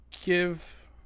Give